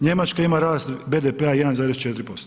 Njemačka ima rast BDP-a 1,4%